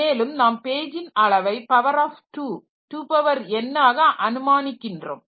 மேலும் நாம் பேஜின் அளவை பவர் ஆஃப் 2 2 பவர் n ஆக அனுமானிக்கின்றோம்